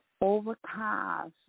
overcast